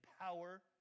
power